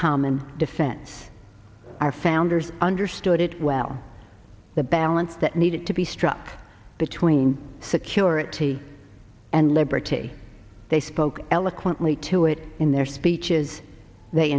common defense our founders understood it well the balance that needed to be struck between security and liberty they spoke eloquently to it in their speeches they